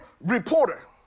reporter